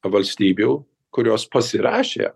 valstybių kurios pasirašė